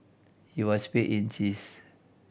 he was paid in cheese